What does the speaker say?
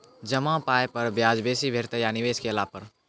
जमा पाय पर ब्याज बेसी भेटतै या निवेश केला पर?